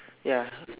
ya